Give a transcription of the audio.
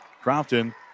Crompton